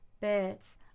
birds